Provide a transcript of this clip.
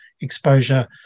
exposure